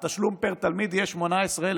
התשלום פר תלמיד יהיה 18,900,